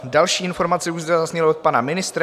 Další informace už zde zazněly od pana ministra.